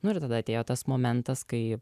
nu ir tada atėjo tas momentas kai